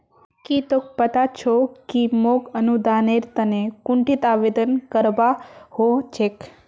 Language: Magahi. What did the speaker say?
की तोक पता छोक कि मोक अनुदानेर तने कुंठिन आवेदन करवा हो छेक